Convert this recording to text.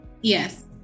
yes